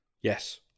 Yes